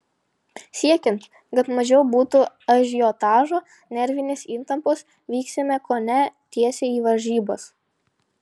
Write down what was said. siekiant kad mažiau būtų ažiotažo nervinės įtampos vyksime kone tiesiai į varžybas